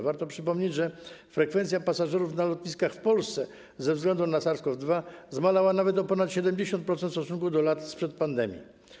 Warto przypomnieć, że frekwencja pasażerów na lotniskach w Polsce ze względu na SARS-CoV-2 zmalała nawet o ponad 70% w stosunku do lat sprzed pandemii.